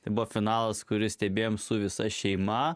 tai buvo finalas kuri stebėjom su visa šeima